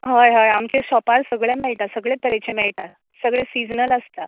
हय हय आमचे शाॅपार सगलें मेळटा सगळें तरेचें मेळटा सगळें सिजनल आसता